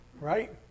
right